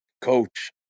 Coach